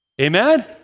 Amen